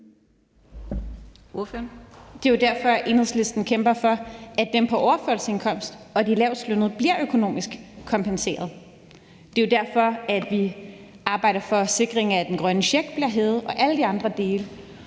Det er jo derfor, Enhedslisten kæmper for, at dem på overførselsindkomst og de lavestlønnede bliver økonomisk kompenseret. Det er jo derfor, at vi arbejder for at sikre, at den grønne check bliver hævet og alle de andre dele.